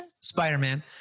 Spider-Man